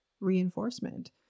reinforcement